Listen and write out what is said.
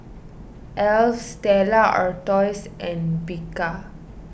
Alf Stella Artois and Bika